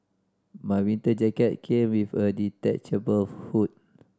my winter jacket came with a detachable hood